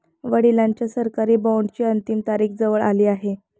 वडिलांच्या सरकारी बॉण्डची अंतिम तारीख जवळ आली आहे